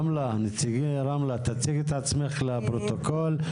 נציגת רמלה, תציגי את עצמך לפרוטוקול.